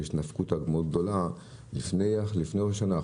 שיש נפקותא מאוד גדולה לפני ראש השנה,